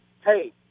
hey